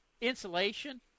insulation